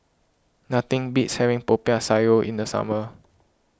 nothing beats having Popiah Sayur in the summer